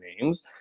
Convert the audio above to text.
names